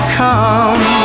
come